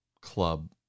club